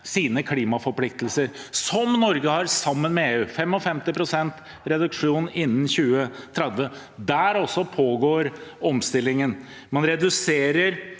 sine klimaforpliktelser, som Norge har sammen med EU – 55 pst. reduksjon innen 2030. Også der pågår omstillingen. Man reduserer